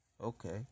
okay